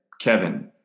Kevin